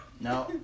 No